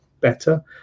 better